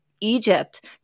Egypt